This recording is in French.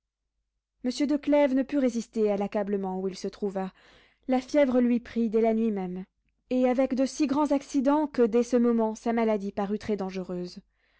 monsieur de clèves ne put résister à l'accablement où il se trouva la fièvre lui prit dès la nuit même et avec de si grands accidents que dès ce moment sa maladie parut très dangereuse